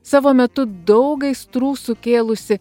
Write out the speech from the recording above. savo metu daug aistrų sukėlusį